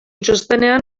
txostenean